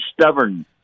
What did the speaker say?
stubborn